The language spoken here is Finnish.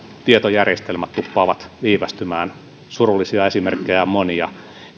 tietojärjestelmät tuppaavat viivästymään surullisia esimerkkejä on monia